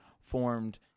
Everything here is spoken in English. formed